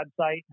website